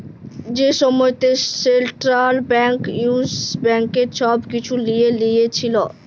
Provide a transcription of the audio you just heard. যে সময়তে central bank Yes ব্যাংকের ছব কিছু লিঁয়ে লিয়েছিল